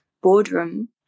boardroom